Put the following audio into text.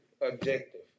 objective